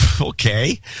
okay